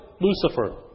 Lucifer